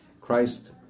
Christ